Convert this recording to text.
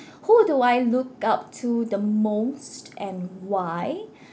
who do I look up to the most and why